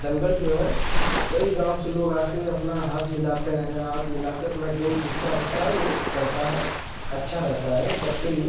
दंगल जो है कई गाँव से लोग आकर अपना हाथ मिलाते हैं हाथ मिलाकर अपना जो जिसका होता है वह करता है अच्छा रहता है सबके लिए